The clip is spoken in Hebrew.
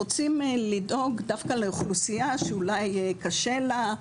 רוצים לדאוג דווקא לאוכלוסייה שאולי קשה לה,